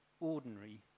ordinary